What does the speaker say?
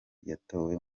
yatowe